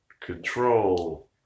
control